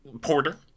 Porter